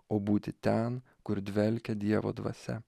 o būti ten kur dvelkia dievo dvasia